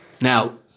Now